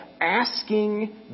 asking